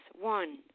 one